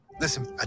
Listen